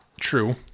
True